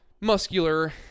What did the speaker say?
muscular